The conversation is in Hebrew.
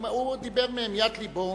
הוא דיבר מהמיית לבו.